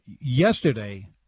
Yesterday